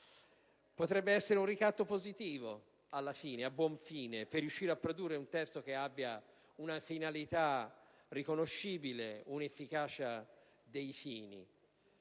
potrebbe anche essere un ricatto positivo, a buon fine, per riuscire a produrre un testo che abbia una finalità riconoscibile ed un'efficacia nei fini,